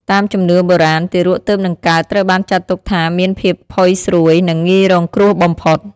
តាមជំនឿបុរាណ ទារកទើបនឹងកើតត្រូវបានចាត់ទុកថាមានភាពផុយស្រួយ និងងាយរងគ្រោះបំផុត។